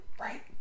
Right